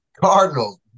Cardinals